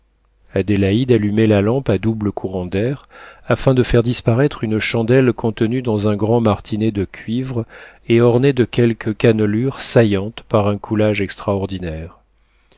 adélaïde allumait la lampe à double courant d'air afin de faire disparaître une chandelle contenue dans un grand martinet de cuivre et ornée de quelques cannelures saillantes par un coulage extraordinaire